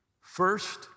first